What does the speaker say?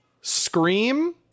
Scream